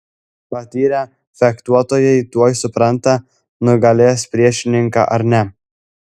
patyrę fechtuotojai tuoj supranta nugalės priešininką ar ne